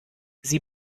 sie